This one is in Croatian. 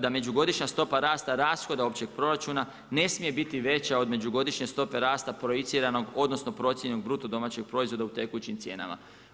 da „međugodišnja stopa rasta rashoda općeg proračuna ne smije biti veća međugodišnje stope rasta projiciranog odnosno procijenjenog BDP-a u tekućim cijenama“